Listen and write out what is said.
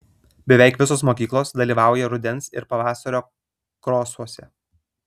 beveik visos mokyklos dalyvauja rudens ir pavasario krosuose